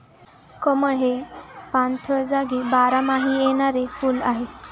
कमळ हे पाणथळ जागी बारमाही येणारे फुल आहे